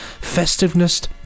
Festiveness